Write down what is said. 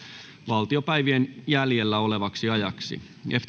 valtiopäivien jäljellä olevaksi ajaksi